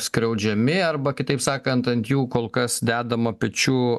skriaudžiami arba kitaip sakant ant jų kol kas dedama pečių